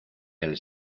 del